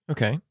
Okay